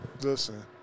Listen